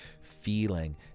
Feeling